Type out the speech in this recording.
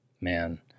man